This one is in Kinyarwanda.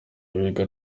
biga